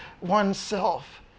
oneself